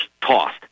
tossed